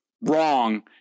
wrong